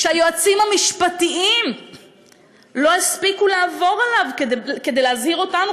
שהיועצים המשפטיים לא הספיקו לעבור עליו כדי להזהיר אותנו,